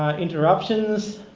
interruptions.